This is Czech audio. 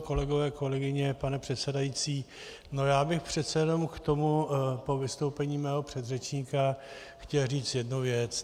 Kolegové a kolegyně, pane předsedající, já bych přece jen k tomu po vystoupení mého předřečníka chtěl říct jednu věc.